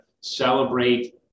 celebrate